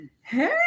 hey